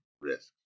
risk